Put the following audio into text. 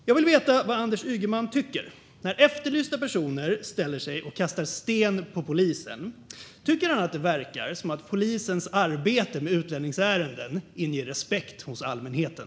Jag vill veta vad Anders Ygeman tycker om att efterlysta personer ställer sig och kastar sten på polisen. Tycker han att det verkar som att polisens arbete med utlänningsärenden inger respekt hos allmänheten?